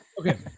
Okay